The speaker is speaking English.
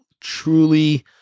truly